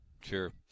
sure